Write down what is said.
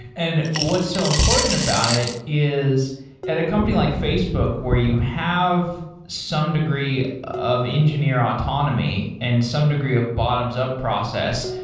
and what's so important about it is at a company like facebook where you have some degree of engineer autonomy and some degree of bottoms up process,